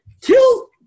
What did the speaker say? till